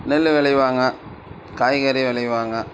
நெல் விளைவாங்க காய்கறி விளைவாங்க